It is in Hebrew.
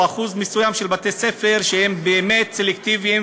או אחוז מסוים של בתי-ספר שהם באמת סלקטיביים